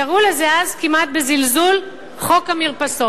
קראו לזה אז כמעט בזלזול: חוק המרפסות.